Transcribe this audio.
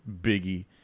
Biggie